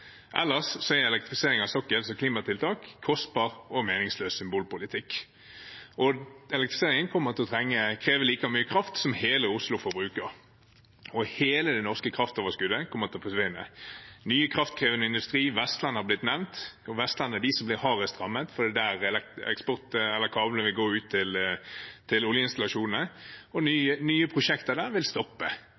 Ellers er elektrifisering av sokkelen som et klimatiltak kostbart, og det er meningsløs symbolpolitikk. Elektrifisering kommer til å kreve like mye kraft som hele Oslo forbruker, og hele det norske kraftoverskuddet kommer til å forsvinne. Når det gjelder ny kraftkrevende industri, har Vestland blitt nevnt. Vestland blir hardest rammet, for det er der kablene vil gå ut til oljeinstallasjonene. Nye prosjekter der vil stoppe